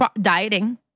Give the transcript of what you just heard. Dieting